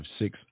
six